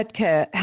healthcare